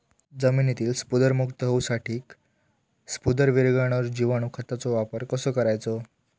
जमिनीतील स्फुदरमुक्त होऊसाठीक स्फुदर वीरघळनारो जिवाणू खताचो वापर कसो करायचो?